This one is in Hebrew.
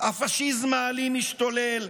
הפשיזם האלים משתולל,